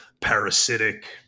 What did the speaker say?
parasitic